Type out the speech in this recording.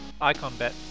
IconBet